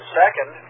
second